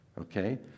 okay